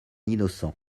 innocent